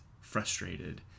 frustrated